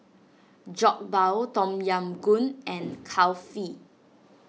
Jokbal Tom Yam Goong and Kulfi